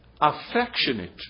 affectionate